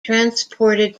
transported